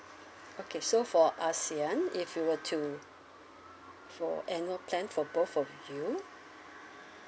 okay so for ASEAN if you were to for annual plan for both of you